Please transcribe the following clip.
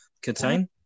contain